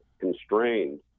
constrained